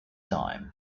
time